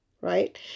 right